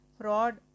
fraud